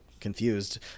confused